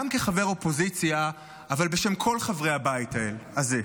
גם כחבר אופוזיציה, אבל בשם כל חברי הבית הזה,